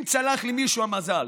אם צלח למישהו המזל